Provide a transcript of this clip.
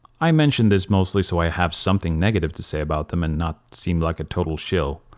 i mention this mostly so i have something negative to say about them and not seem like a total shill.